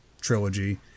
trilogy